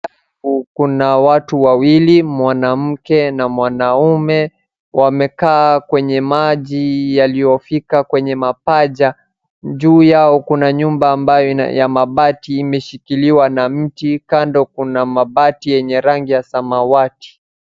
Kuna watu wawili mwanamke na mwanaume, wamekaa kwenye maji yaliyofika kwenye mapaja. Juu yao kuna nyumba ambayo ya mabati imeshikiliwa na mti, kando kuna mabati yenye rangi ya samawati.